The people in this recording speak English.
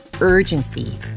urgency